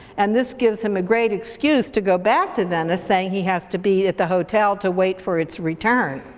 and this gives him a great excuse to go back to venice, saying he has to be at the hotel to wait for its return.